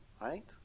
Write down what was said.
Right